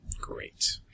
great